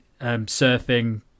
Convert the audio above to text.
surfing